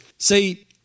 See